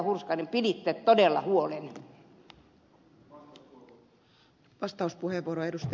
hurskainen piditte todella huolen